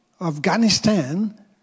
Afghanistan